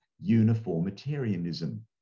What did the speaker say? uniformitarianism